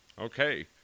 Okay